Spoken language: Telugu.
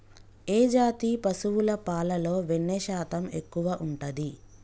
ఏ జాతి పశువుల పాలలో వెన్నె శాతం ఎక్కువ ఉంటది?